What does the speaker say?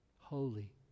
Holy